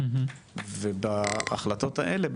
ובהחלטות האלה,